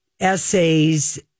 essays